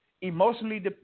emotionally